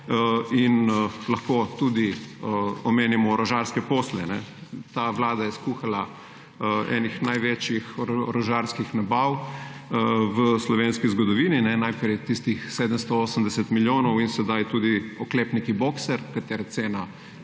omenimo tudi orožarske posle. Ta vlada je skuhala eno največjih orožarskih nabav v slovenski zgodovini. Najprej tistih 780 milijonov in sedaj tudi oklepniki boxer, katerih cena